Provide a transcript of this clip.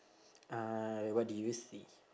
uh what do you see